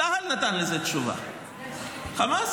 צה"ל נתן לזה תשובה: חמאס.